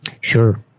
Sure